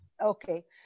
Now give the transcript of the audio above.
Okay